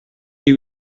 you